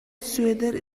сүөдэр